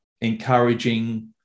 encouraging